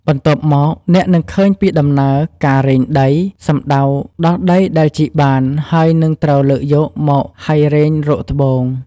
បន្ទាប់មក អ្នកនឹងឃើញពីដំណើរការរែងដី សំដៅដល់ដីដែលជីកបានហើយនឹងត្រូវលើកយកមកហើយរែងរកត្បូង។